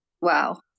wow